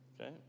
okay